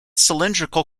cylindrical